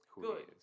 good